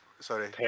Sorry